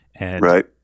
Right